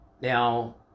Now